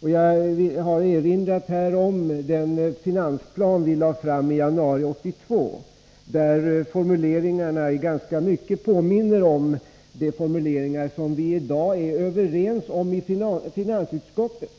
Jag har här erinrat om den finansplan som vi lade fram i januari 1982, vars formuleringar ganska mycket påminner om de formuleringar som man i dag är överens om i finansutskottet